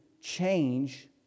change